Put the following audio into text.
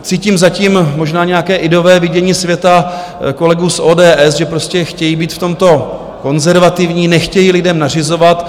Cítím za tím možná nějaké ideové vidění světa kolegů z ODS, že prostě chtějí být v tomto konzervativní, nechtějí lidem nařizovat.